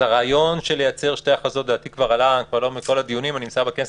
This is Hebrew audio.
הרעיון של לייצר שתי הכרזות כבר עלה --- ובגלל שהוא ירד,